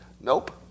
Nope